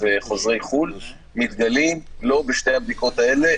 חוזרי חו"ל מתגלים לא בשתי הבדיקות האלה,